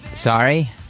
Sorry